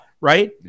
right